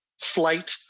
flight